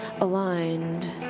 aligned